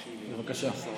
בבקשה.